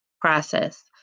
process